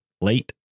late